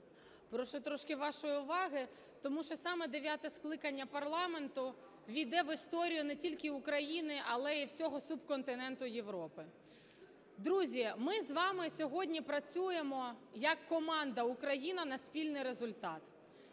Прошу трошки вашої уваги. Тому що саме 9 скликання парламенту увійде в історію не тільки України, але і всього субконтиненту Європи. Друзі, ми з вами сьогодні працюємо як команда Україна на спільний результат.